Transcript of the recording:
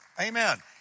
Amen